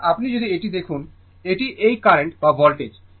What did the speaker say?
সুতরাং আপনি যদি এটি দেখুন এটি এই কারেন্ট বা ভোল্টেজ